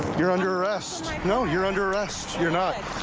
you're under arrest. no, you're under arrest. you're not.